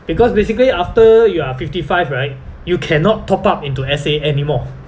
because basically after you are fifty five right you cannot top up into S_A anymore